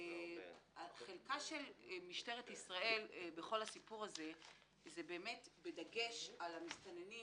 חלקה של משטרת ישראל בכל הסיפור הזה הוא בדגש על המסתננים